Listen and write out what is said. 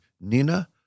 Nina